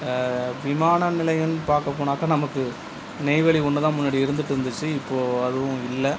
விமான நிலையன்னு பார்க்கப் போனாக்கா நமக்கு நெய்வேலி ஒன்று தான் முன்னாடி இருந்துகிட்டு இருந்துச்சு இப்போது அதுவும் இல்லை